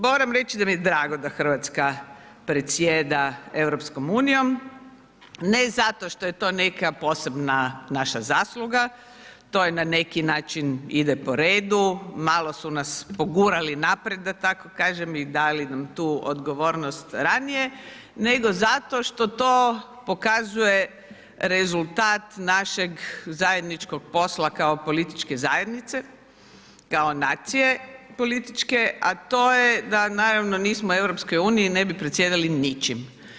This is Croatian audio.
Moram reći da mi je drago da Hrvatska predsjeda EU, ne zato što je to neka posebna naša zasluga, to je na neki način ide po redu, malo su nas pogurali naprijed da tako kažem i dali nam tu odgovornost ranije, nego zato što to pokazuje rezultat našeg zajedničkog posla kao političke zajednice, kao nacije političke, a to je da naravno nismo u EU ne bi predsjedali ničim.